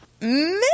Miss